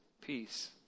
peace